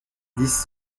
dix